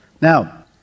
Now